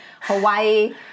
Hawaii